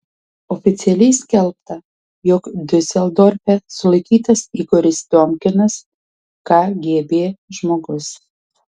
oficialiai skelbta jog diuseldorfe sulaikytas igoris tiomkinas kgb žmogus